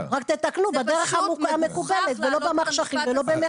רק תתקנו בדרך המקובלת ולא במחשכים ולא במחטף בתוך ההסדרים.